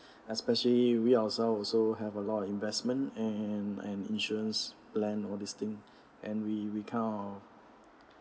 especially we ourselves also have a lot of investment and and insurance plan all this thing and we we kind of